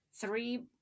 three